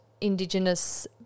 Indigenous